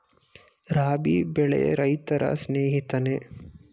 ರಾಬಿ ಬೆಳೆ ರೈತರ ಸ್ನೇಹಿತನೇ?